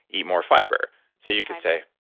eat more fiber so, you could say,